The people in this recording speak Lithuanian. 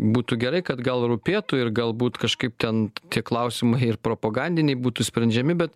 būtų gerai kad gal rūpėtų ir galbūt kažkaip ten tie klausimai ir propagandiniai būtų sprendžiami bet